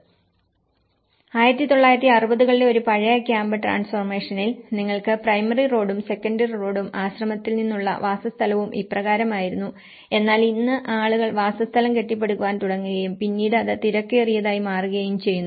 1960 കളിലെ ഒരു പഴയ ക്യാമ്പ് ട്രാൻസ്ഫോർമേഷനിൽ നിങ്ങൾക്ക് പ്രൈമറി റോഡും സെക്കന്ററി റോഡും ആശ്രമത്തിൽ നിന്നുള്ള വാസസ്ഥലവും ഇപ്രകാരമായിരുന്നു എന്നാൽ ഇന്ന് ആളുകൾ വാസസ്ഥലം കെട്ടിപ്പടുക്കാൻ തുടങ്ങുകയും പിന്നീട് അത് തിരക്കേറിയതായി മാറുകയും ചെയ്യുന്നു